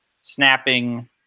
snapping